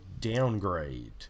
downgrade